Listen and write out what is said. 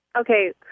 Okay